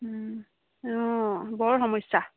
অঁ বৰ সমস্যা